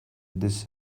this